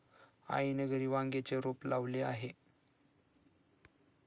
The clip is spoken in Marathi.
आईने घरी वांग्याचे रोप लावले आहे